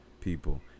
people